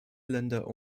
länder